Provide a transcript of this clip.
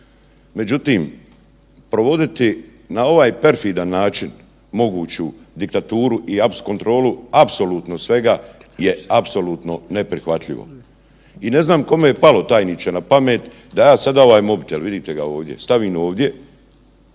Međutim, provoditi na ovaj perfidan način moguću diktaturu i kontrolu apsolutno svega je apsolutno neprihvatljivo. I ne znam kome je palo, tajniče, na pamet da ja sada ovaj mobitel, vidite ga ovdje, stavim ovdje,